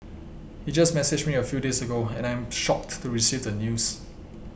he just messaged me a few days ago and I am shocked to receive the news